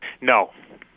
No